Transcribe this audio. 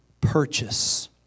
purchase